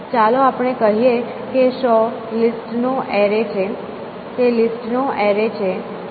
ચાલો આપણે કહીએ કે શો લિસ્ટ નો એરે છે તે લિસ્ટ નો એરે છે